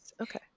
Okay